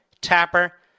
Tapper